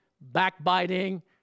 backbiting